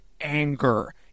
anger